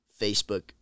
Facebook